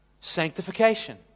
sanctification